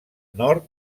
nord